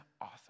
awesome